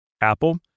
Apple